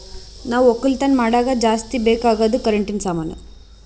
ನಾವ್ ಒಕ್ಕಲತನ್ ಮಾಡಾಗ ಜಾಸ್ತಿ ಬೇಕ್ ಅಗಾದ್ ಕರೆಂಟಿನ ಸಾಮಾನು